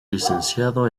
licenciado